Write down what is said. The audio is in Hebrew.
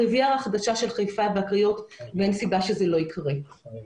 הריביירה החדשה של חיפה והקריות ואין סיבה שזה לא יקרה.